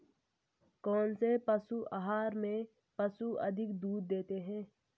कौनसे पशु आहार से पशु अधिक दूध देते हैं?